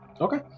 Okay